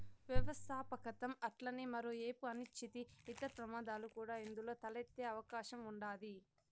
వ్యవస్థాపకతం అట్లనే మరో ఏపు అనిశ్చితి, ఇతర ప్రమాదాలు కూడా ఇందులో తలెత్తే అవకాశం ఉండాది